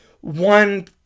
one